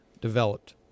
developed